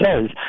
says